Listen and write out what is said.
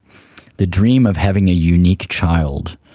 the dream of having a unique child